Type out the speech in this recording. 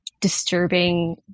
disturbing